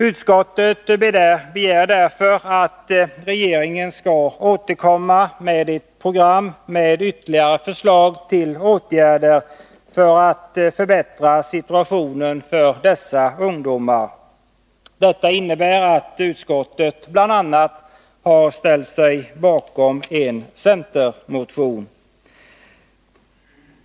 Utskottet begär därför att regeringen skall återkomma med ett program med ytterligare förslag till åtgärder för att förbättra situationen för dessa ungdomar. Detta innebär bl.a. att utskottet har ställt sig bakom en centermotion.